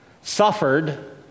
suffered